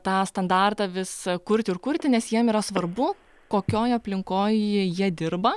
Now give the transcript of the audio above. tą standartą vis kurti ir kurti nes jiem yra svarbu kokioj aplinkoj jie dirba